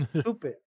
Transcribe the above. stupid